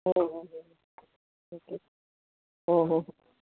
હં વાંધો નહીં ઓકે હં હં